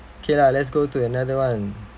okay lah let's go to another one